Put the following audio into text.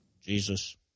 Jesus